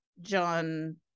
John